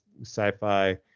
sci-fi